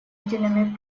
жителями